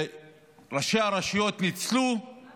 וראשי הרשויות ניצלו את